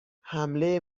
حمله